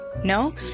No